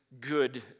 good